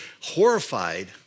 horrified